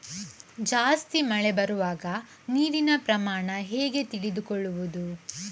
ಜಾಸ್ತಿ ಮಳೆ ಬರುವಾಗ ನೀರಿನ ಪ್ರಮಾಣ ಹೇಗೆ ತಿಳಿದುಕೊಳ್ಳುವುದು?